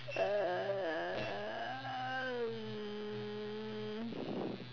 um